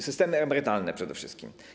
Systemy emerytalne przede wszystkim.